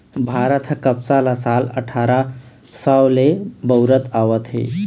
भारत ह कपसा ल साल अठारा सव ले बउरत आवत हे